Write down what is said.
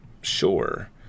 Sure